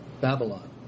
Babylon